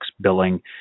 billing